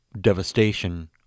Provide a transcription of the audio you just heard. devastation